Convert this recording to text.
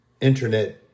internet